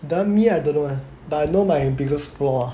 then me I don't know [one] but I know my biggest flaw ah